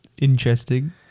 Interesting